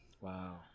Wow